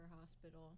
hospital